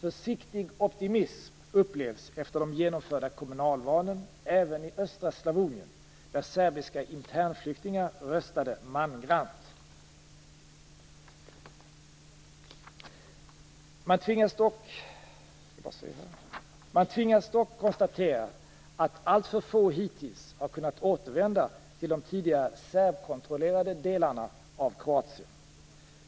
Försiktig optimism upplevs efter de genomförda kommunalvalen, även i östra Slavonien, där serbiska internflyktingar röstade mangrant. Man tvingas dock konstatera att alltför få hittills har kunnat återvända till de tidigare serbkontrollerade delarna av Kroatien.